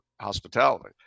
hospitality